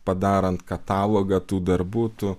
padarant katalogą tų darbų tu